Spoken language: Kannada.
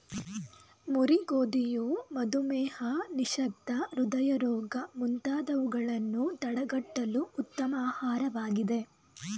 ಮುರಿ ಗೋಧಿಯು ಮಧುಮೇಹ, ನಿಶಕ್ತಿ, ಹೃದಯ ರೋಗ ಮುಂತಾದವುಗಳನ್ನು ತಡಗಟ್ಟಲು ಉತ್ತಮ ಆಹಾರವಾಗಿದೆ